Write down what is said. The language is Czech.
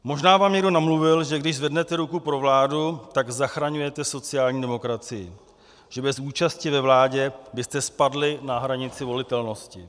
Možná vám někdo namluvil, že když zvednete ruku pro vládu, tak zachraňujete sociální demokracii, že bez účasti ve vládě byste spadli na hranici volitelnosti.